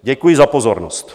Děkuji za pozornost.